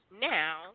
now